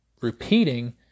repeating